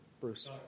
Bruce